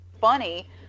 funny